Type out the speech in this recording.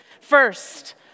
First